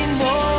no